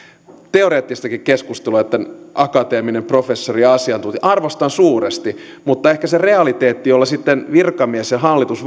teoreettistakin keskustelua että näin sanoo akateeminen professori ja asiantuntija ja arvostan suuresti mutta ehkä se realiteetti jolla sitten virkamies ja hallitus